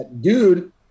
Dude